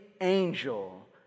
angel